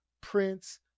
Prince